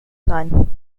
sein